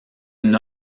une